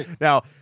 now